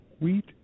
wheat